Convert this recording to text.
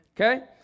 Okay